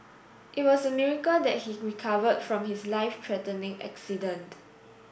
it was a miracle that he recovered from his life threatening accident